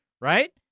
right